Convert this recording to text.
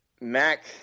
Mac